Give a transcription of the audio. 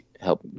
help